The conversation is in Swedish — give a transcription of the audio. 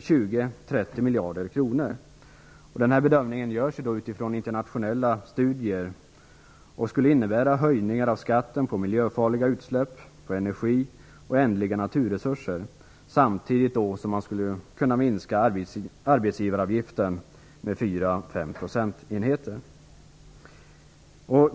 20 30 miljarder kronor. Den bedömingen görs utifrån internationella studier. Det skulle innebära höjningar av skatter på miljöfarliga utsläpp, energi och ändliga naturresurser, samtidigt som man skulle kunna minska arbetsgivaravgiften med 4-5 procentenheter.